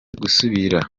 gusubirana